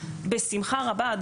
בשמחה רבה.